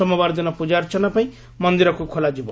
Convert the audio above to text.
ସୋମବାର ଦିନ ପ୍ରଜାର୍ଚ୍ଚନା ପାଇଁ ମନ୍ଦିରକୁ ଖୋଲାଯିବ